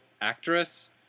actress